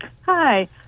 hi